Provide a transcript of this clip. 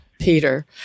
Peter